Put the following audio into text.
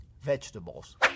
vegetables